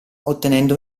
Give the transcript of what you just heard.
ottenendo